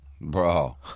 Bro